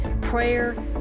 prayer